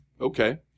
Okay